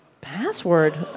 Password